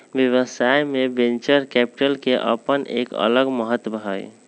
व्यवसाय में venture capital के अपन एक अलग महत्व हई